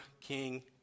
king